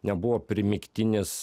nebuvo primygtinis